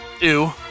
Ew